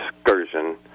excursion